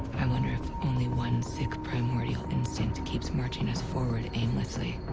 i wonder if only one, sick, primordial instinct keeps marching us forward aimlessly.